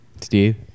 Steve